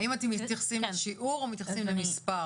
האם אתם מתייחסים לשיעור או מתייחסים למספר?